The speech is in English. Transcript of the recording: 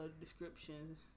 descriptions